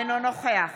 אינו נוכח